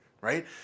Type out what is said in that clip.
right